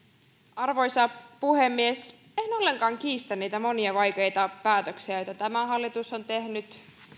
arvoisa puhemies en ollenkaan kiistä niitä monia vaikeita päätöksiä joita tämä hallitus on tehnyt